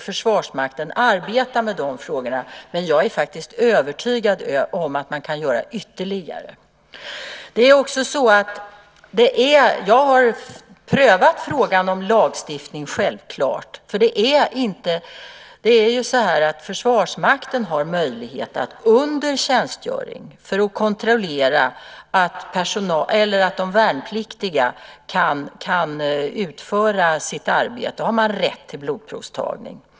Försvarsmakten arbetar också med de frågorna, men jag är övertygad om att ytterligare kan göras. Jag har prövat frågan om lagstiftning, självklart. Försvarsmakten har rätt till blodprovstagning av värnpliktiga under tjänstgöring för att kontrollera att de kan utföra sitt arbete.